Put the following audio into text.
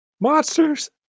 Monsters